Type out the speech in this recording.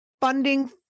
funding